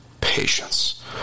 patience